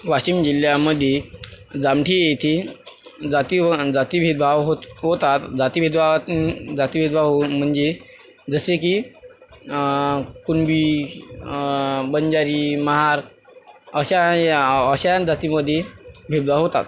वाशीम जिल्ह्यामध्ये जामठी येथे जाती व आणि जाती भेदभाव होत होतात जाती भेदभावात जाती भेदभाव होऊन म्हणजे जसे की कुणबी बंजारी महार अशा या अशा जातीमध्ये भेदभाव होतात